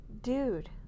dude